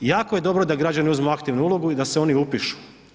Jako je dobro da građani uzmu aktivnu ulogu i da se oni upišu.